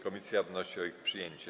Komisja wnosi o ich przyjęcie.